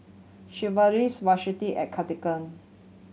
Sigvaris Vaselin and Cartigain